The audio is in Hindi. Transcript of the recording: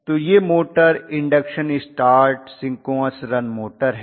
तो ये motor induction start synchronous run motor है